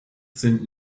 sind